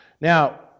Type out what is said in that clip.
Now